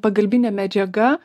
pagalbinė medžiaga